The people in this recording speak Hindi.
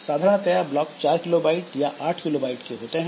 साधारणतया ब्लॉक 4 किलो बाइट या 8 किलो बाइट के होते हैं